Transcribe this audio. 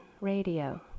radio